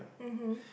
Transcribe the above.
mmhmm